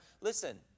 Listen